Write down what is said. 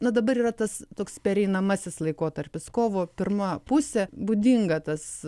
na dabar yra tas toks pereinamasis laikotarpis kovo pirma pusė būdinga tas